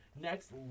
next